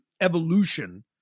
evolution